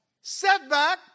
setback